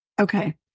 Okay